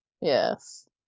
yes